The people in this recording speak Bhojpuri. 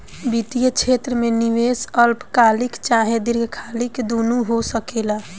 वित्तीय क्षेत्र में निवेश अल्पकालिक चाहे दीर्घकालिक दुनु हो सकेला